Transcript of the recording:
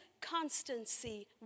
constancy